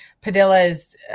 Padilla's